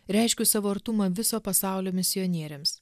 reiškiu savo artumą viso pasaulio misionieriams